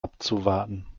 abzuwarten